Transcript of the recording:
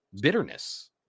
bitterness